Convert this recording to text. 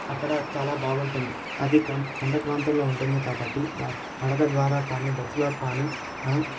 అక్కడ చాలా బాగుంటుంది అది కొం కొండ ప్రాంతంలో ఉంటుంది కాబట్టి నడక ద్వారా కానీ బస్లో కానీ మనం